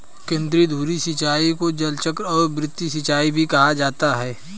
केंद्रधुरी सिंचाई को जलचक्र और वृत्त सिंचाई भी कहा जाता है